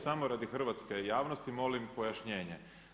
Samo radi hrvatske javnosti molim pojašnjenje.